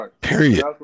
Period